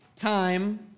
time